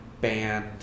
band